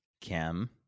Kim